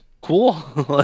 cool